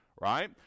right